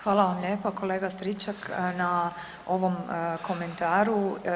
Hvala vam lijepa kolega Stričak na ovom komentaru.